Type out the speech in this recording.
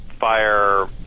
fire